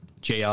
JR